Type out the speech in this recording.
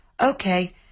Okay